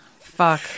Fuck